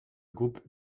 groupe